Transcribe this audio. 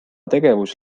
tegevus